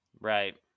Right